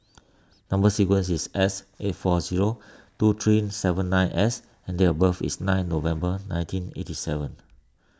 Number Sequence is S eight four zero two three seven nine S and date of birth is nine November nineteen eighty seven